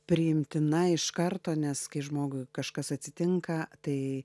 priimtina iš karto nes kai žmogui kažkas atsitinka tai